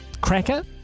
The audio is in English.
Cracker